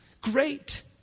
great